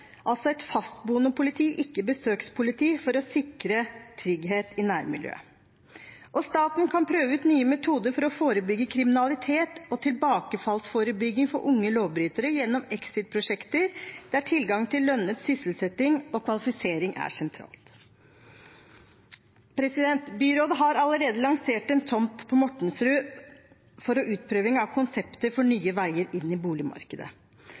altså et fastboende politi, ikke et besøkspoliti – for å sikre trygghet i nærmiljøet. Staten kan prøve ut nye metoder for forebygging av kriminalitet og tilbakefallsforebygging for unge lovbrytere gjennom Exit-prosjekter der tilgang til lønnet sysselsetting og kvalifisering er sentralt. Byrådet har allerede lansert en tomt på Mortensrud for utprøving av konsepter for nye veier inn i boligmarkedet.